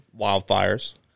wildfires